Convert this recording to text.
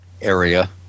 area